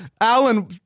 Alan